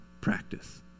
practice